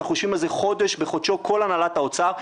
אנחנו יושבים על זה חודש בחודשו כל הנהלת האוצר,